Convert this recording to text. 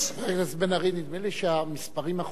חבר הכנסת בן-ארי, נדמה לי שהמספרים החדשים